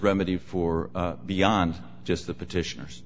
remedy for beyond just the petitioners